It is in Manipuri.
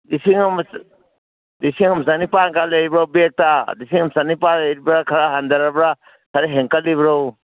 ꯂꯤꯁꯤꯡ ꯑꯃ ꯆꯅꯤꯄꯥꯟꯒ ꯂꯩꯕ꯭ꯔꯣ ꯕꯦꯒꯇ ꯂꯤꯁꯤꯡ ꯑꯃ ꯆꯅꯤꯄꯥꯟ ꯂꯩꯔꯤꯕ꯭ꯔꯥ ꯈꯔ ꯍꯟꯗꯔꯕ ꯈꯔ ꯍꯦꯟꯒꯠꯂꯤꯕ꯭ꯔꯣ